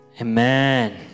Amen